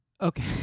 Okay